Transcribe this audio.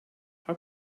how